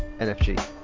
NFG